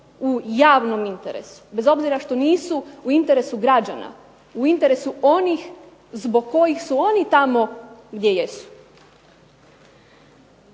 u javnom interesu, bez obzira što nisu u interesu građana, u interesu onih zbog kojih su oni tamo gdje jesu.